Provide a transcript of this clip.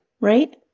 Right